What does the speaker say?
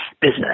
business